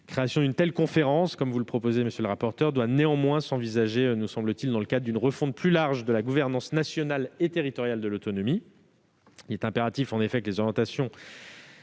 création d'une telle conférence, monsieur le rapporteur, doit néanmoins s'envisager, nous semble-t-il, dans le cadre d'une refonte plus large de la gouvernance nationale et territoriale de l'autonomie. Il est impératif, en effet, que les orientations